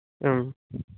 एवम्